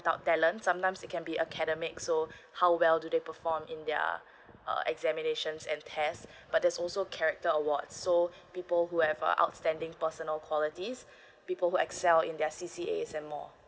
talent sometimes it can be academic so how well do they perform in their uh examinations and test but there's also character awards so people who have a outstanding personal qualities people who excel in their